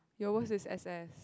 your worst is S_S